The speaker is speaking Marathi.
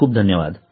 खूप खूप धन्यवाद